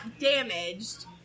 damaged